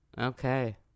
Okay